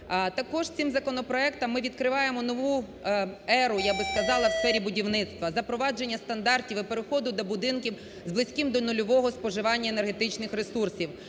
Також цим законопроектом ми відкриваємо нову еру, я б сказала, у сфері будівництва, запровадження стандартів і переходу до будинків з близьким до нульового споживання енергетичних ресурсів.